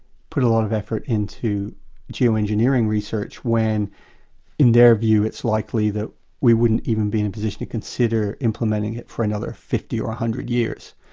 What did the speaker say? put a lot of effort into geoengineering research when in their view it's likely that we wouldn't even be in a position to consider implementing it for another fifty or one hundred years.